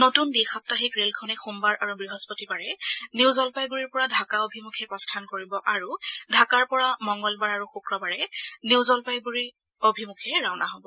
নতুন দ্বি সাপ্তাহিক ৰে'লখনে সোমবাৰ আৰু বৃহস্পতিবাৰে নিউজলপাইগুৰিৰ পৰা ঢাকা অভিমুখে প্ৰস্থান কৰিব আৰু ঢাকাৰ পৰা মংগলবাৰ আৰু শুকুৰবাৰে নিউজলপাইণ্ডৰি অভিমুখে ৰাওনা হ'ব